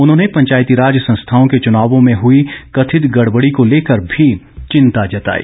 उन्होंने पंचायतीराज संस्थाओं के चुनावों में हुई कथित गड़बड़ी को लेकर भी चिंता जताई